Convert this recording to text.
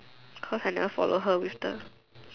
cause I never follow her with the